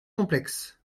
complexe